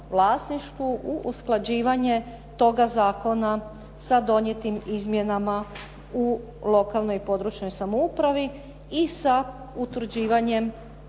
u usklađivanje toga zakona sa donijetim izmjenama u lokalnoj i područnoj samoupravi i sa utvrđivanjem